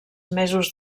mesos